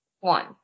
one